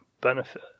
benefit